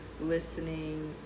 listening